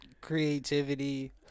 Creativity